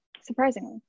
surprisingly